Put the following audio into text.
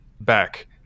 back